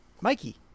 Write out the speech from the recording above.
Mikey